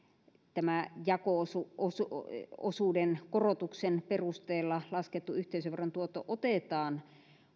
tämä jako osuuden korotuksen perusteella laskettu yhteisöveron tuotto otetaan